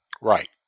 right